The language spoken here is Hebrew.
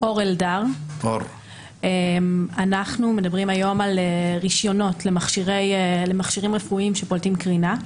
אנחנו מדברים היום על רישיונות למכשירים רפואיים שפולטים קרינה.